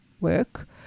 work